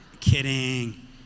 Kidding